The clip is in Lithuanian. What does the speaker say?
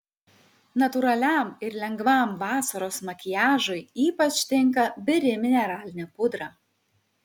natūraliam ir lengvam vasaros makiažui ypač tinka biri mineralinė pudra